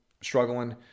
struggling